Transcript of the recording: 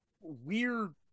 weird